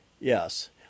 yes